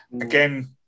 again